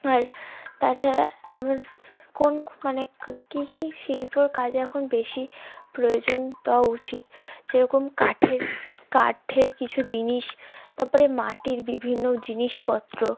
আর তাছাড়া আমার কোন মানে কী কী শিল্পর কাজ এখন বেশি প্রয়োজন তা উচিত যেরকম কাঠের কাঠের কিছু জিনিস তারপরে মাটির বিভিন্ন জিনিসপত্র